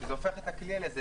זה הופך את הכלי לעקר.